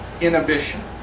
inhibition